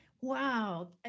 wow